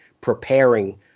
preparing